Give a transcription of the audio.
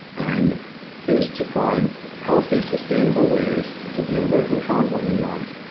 and is to find healthy sustainable ways to be alert and calm when you want,